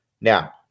Now